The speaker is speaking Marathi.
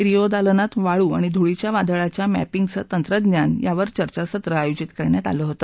रियो दालनात वाळू आणि धुळीच्या वादळाच्या मॅपिंगचं तंत्रज्ञान यावर चर्चासत्र आयोजित करण्यात आलं होत